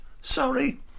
Sorry